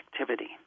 activity